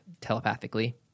telepathically